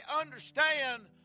understand